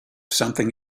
something